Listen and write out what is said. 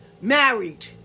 Married